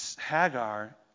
Hagar